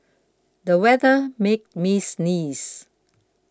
the weather made me sneeze